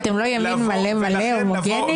אתם לא ימין-מלא-מלא הומוגני?